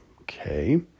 Okay